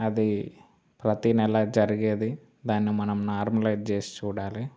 అది ప్రతీ నెల జరిగేది దాన్ని మనం నార్మలైజ్ చేసి చూడాలి